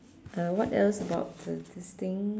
uh what else about the this thing